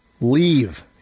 leave